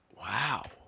Wow